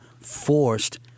forced